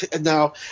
now